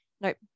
nope